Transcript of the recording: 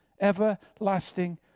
everlasting